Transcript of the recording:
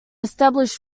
established